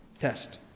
Test